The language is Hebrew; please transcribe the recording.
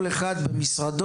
כל אחד במשרדו,